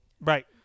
right